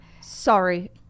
Sorry